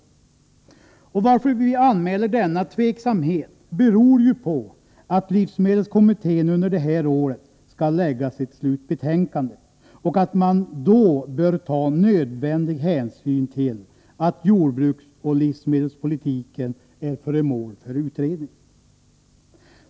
Skälet till att vi anmäler denna tveksamhet är att livsmedelskommittén under det här året skall lägga fram sitt slutbetänkande och att man då bör ta nödvändig hänsyn till att jordbruksoch livsmedelspolitiken är föremål för utredning.